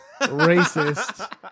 racist